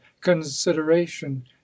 consideration